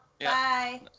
bye